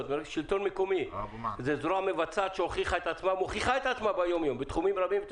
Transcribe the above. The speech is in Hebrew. השלטון המקומי זה הזרוע המבצעת שמוכיחה את עצמה יום-יום בתחומים רבים.